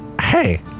Hey